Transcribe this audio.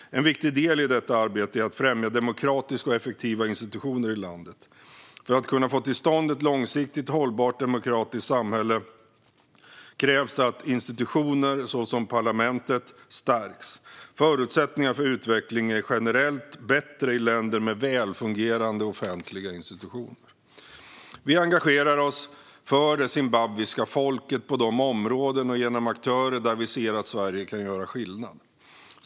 En viktig del i detta arbete är att främja demokratiska och effektiva institutioner i landet. För att kunna få till stånd ett långsiktigt hållbart demokratiskt samhälle krävs att institutioner såsom parlamentet stärks. Förutsättningarna för utveckling är generellt bättre i länder med välfungerande offentliga institutioner. Vi engagerar oss för det zimbabwiska folket på de områden och genom aktörer där vi ser att Sverige kan göra skillnad.